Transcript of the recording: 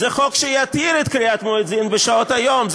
זה חוק שיתיר את קריאת המואזין בשעות היום.